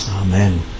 Amen